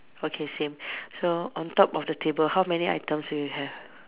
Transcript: okay same so on top of the table how many items do you have